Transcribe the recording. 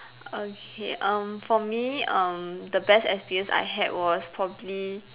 okay um for me um the best experience I had was probably